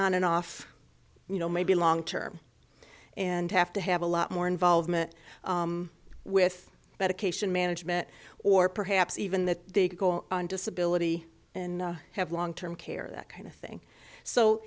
on and off you know maybe long term and have to have a lot more involvement with medication management or perhaps even that they go on disability and have long term care that kind of thing